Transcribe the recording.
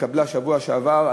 שהתקבלה בשבוע שעבר,